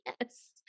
Yes